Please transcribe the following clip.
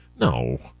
No